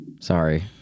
sorry